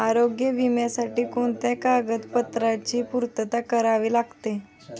आरोग्य विम्यासाठी कोणत्या कागदपत्रांची पूर्तता करावी लागते?